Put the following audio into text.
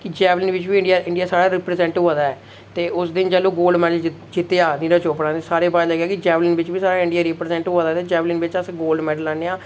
कि जैवलिन बिच्च बी इंडिया साढ़ा रिप्रेजेंट होआ दा ऐ ते उस दिन चलो गोल्ड मैडल जित्तेआ नीरज चौपड़ा ने सारें गी पता लग्गेआ कि जैवलिन बिच्च बी साढ़ा इंडिया रिप्रेजेंट होआ दा ऐ ते जैवलिन बिच्च असें गोल्ड मैडल आह्न्नेआ